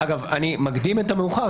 אגב, אני מקדים את המאוחר.